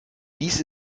dies